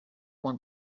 one